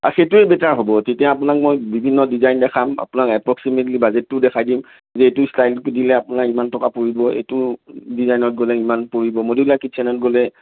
আৰু সেইটোৱে সুবিধা হ'ব তেতিয়া আপোনাক মই বিভিন্ন ডিজাইন দেখাম আপোনাক এপ্ৰক্সিমে'টলী বাজেটটোও দেখাই দিম যে এইটো ষ্টাইলটো দিলে আপোনাৰ ইমান টকা পৰিব এইটো ডিজাইনত গ'লে ইমান টকা পৰিম মডিউলাৰ কিটচেনত গ'লে